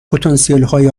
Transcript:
پتانسیلهای